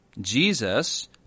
Jesus